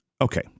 okay